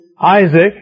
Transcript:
Isaac